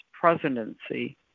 presidency